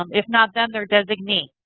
um if not, then their designee.